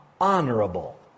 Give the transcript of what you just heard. honorable